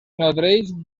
nodreix